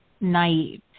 naive